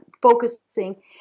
focusing